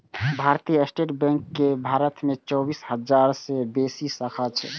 भारतीय state bank केर भारत मे चौबीस हजार सं बेसी शाखा छै